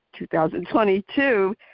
2022